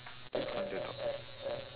to climb to the top